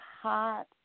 hot